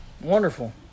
Wonderful